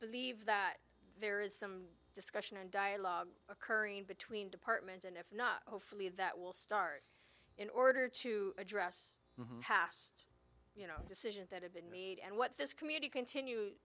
believe that there is some discussion and dialogue occurring between departments and if not hopefully that will start in order to address past you know decisions that have been made and what this community continue